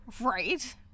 Right